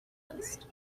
list